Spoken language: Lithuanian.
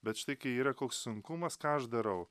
bet štai kai yra koks sunkumas ką aš darau